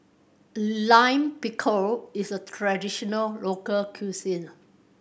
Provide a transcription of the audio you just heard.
Lime Pickle is a traditional local cuisine